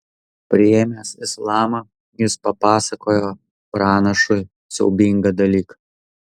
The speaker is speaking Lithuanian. priėmęs islamą jis papasakojo pranašui siaubingą dalyką